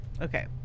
Okay